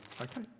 Okay